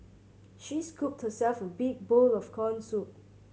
she scooped herself a big bowl of corn soup